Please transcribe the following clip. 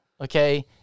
okay